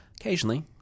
Occasionally